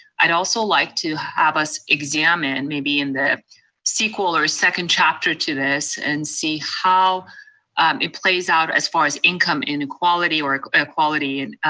i'd also like to have us examine and maybe in the sequel or second chapter to this and see how it plays out as far as income inequality or equality, and